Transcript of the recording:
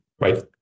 right